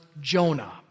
Jonah